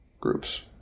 groups